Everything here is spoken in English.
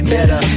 Better